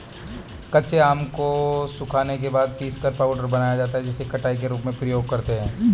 कच्चे आम को सुखाने के बाद पीसकर पाउडर बनाया जाता है जिसे खटाई के रूप में प्रयोग करते है